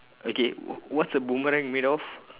okay what's a boomerang made off